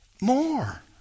More